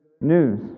news